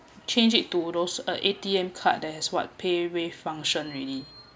change it to those uh A_T_M card there has what paywave function already